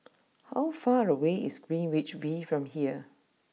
how far away is Greenwich V from here